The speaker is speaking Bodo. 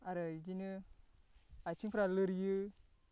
आरो बिदिनो आथिंफोरा लोरियो